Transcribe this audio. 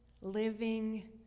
living